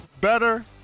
better